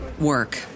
work